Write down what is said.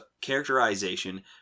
characterization